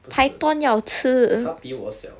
不是他比我小